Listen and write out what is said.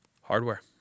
Hardware